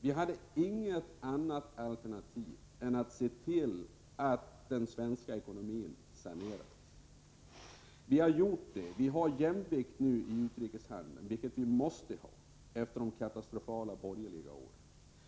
Vi hade inget annat alternativ än att se till att den svenska ekonomin sanerades. Vi har gjort det. Vi har jämvikt nu i utrikeshandeln, vilket vi måste ha — efter de katastrofala borgerliga åren.